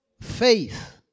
faith